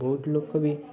ବହୁତ ଲୋକ ବି